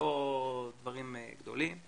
לא דברים גדולים,